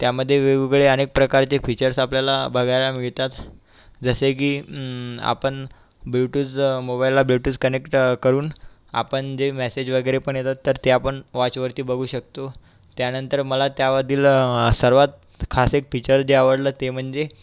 त्यामध्ये वेगवेगळे अनेक प्रकारचे फीचर्स आपल्याला बघायला मिळतात जसे की आपण ब्लूतुतचा मोबाईला ब्लुटूस कनेक्ट करून आपण जे मॅसेज वगैरे पण येतात तर ते आपण वॉचवरती बघू शकतो त्यानंतर मला त्यावरील सर्वात खास एक फीचर जे आवडलं ते म्हणजे